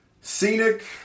scenic